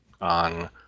on